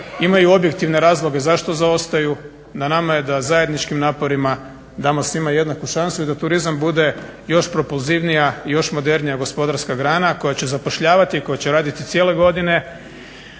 imaju objektivne razloge zašto zaostaju. Na nama je da zajedničkim naporima damo svima jednaku šansu i da turizam bude još propulzivnija i još modernija gospodarska grana koja će zapošljavati i koja će raditi cijele godine,